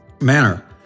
manner